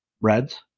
Reds